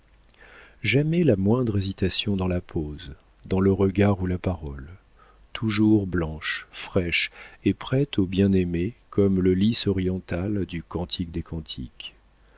jamais la moindre hésitation dans la pose dans le regard ou la parole toujours blanche fraîche et prête au bien-aimé comme le lis oriental du cantique des cantiques